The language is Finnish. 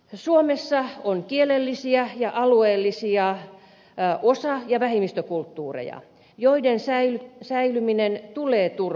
suomessa on kielellisiä ja alueellisia osa ja vähemmistökulttuureja joiden säilyminen tulee turvata